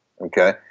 okay